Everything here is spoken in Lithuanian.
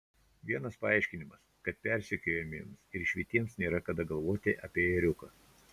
vienas paaiškinimas kad persekiojamiems ir išvytiems nėra kada galvoti apie ėriuką